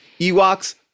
Ewoks